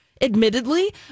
admittedly